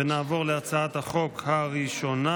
ונעבור להצעת החוק הראשונה